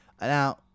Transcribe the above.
Now